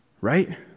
Right